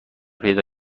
پیدا